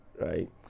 right